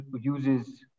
uses